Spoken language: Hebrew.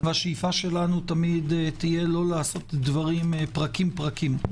והשאיפה שלנו תמיד תהיה לא לעשות דברים פרקים-פרקים.